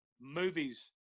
movies